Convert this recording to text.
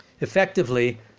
Effectively